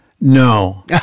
No